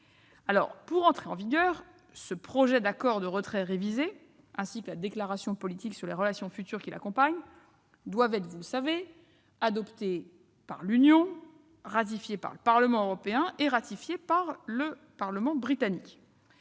Pour entrer en vigueur, ce projet d'accord de retrait révisé ainsi que la déclaration politique sur les relations futures qui l'accompagne doivent être adoptés par l'Union européenne et ratifiés par le Parlement européen et le Parlement britannique.